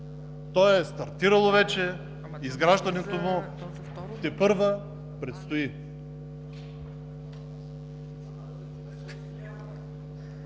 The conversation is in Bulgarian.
То е стартирало вече, изграждането му тепърва предстои.